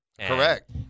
Correct